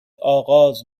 آغاز